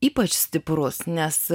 ypač stiprus nes